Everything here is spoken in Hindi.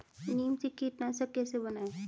नीम से कीटनाशक कैसे बनाएं?